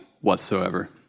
whatsoever